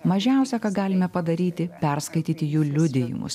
mažiausia ką galime padaryti perskaityti jų liudijimus